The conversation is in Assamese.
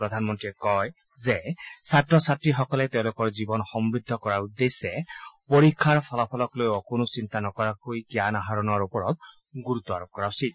প্ৰধানমন্ত্ৰীয়ে কয় যে ছাত্ৰ ছাত্ৰীসকলে ছাত্ৰ ছাত্ৰীসকলে তেওঁলোকৰ জীৱন সমূদ্ধ কৰাৰ বাবে পৰীক্ষাৰ ফলাফলক লৈ অকণো চিন্তা নকৰাকৈ জ্ঞান আহৰণৰ ওপৰত গুৰুত্ব আৰোপ কৰা উচিত